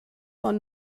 von